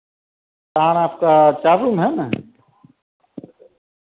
तार आपका है ना